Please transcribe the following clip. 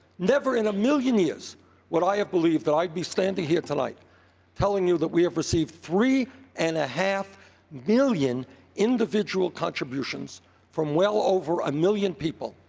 never in a million years would i have believed that i would be standing here tonight telling you that we have received three and a half million individual contributions from well over a million people.